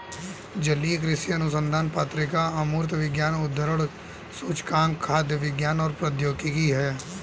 जलीय कृषि अनुसंधान पत्रिका अमूर्त विज्ञान उद्धरण सूचकांक खाद्य विज्ञान और प्रौद्योगिकी है